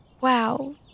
Wow